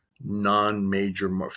non-major